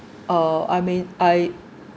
uh I mean I